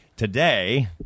Today